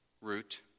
root